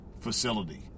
facility